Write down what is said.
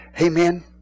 Amen